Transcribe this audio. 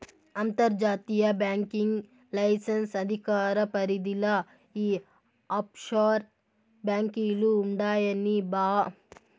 అంతర్జాతీయ banking licence అధికార పరిదిల ఈ ఆప్షోర్ బాంకీలు ఉండాయని మాబావ సెప్పిన్నాడు